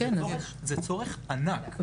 זה צורך ענק.